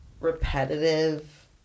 repetitive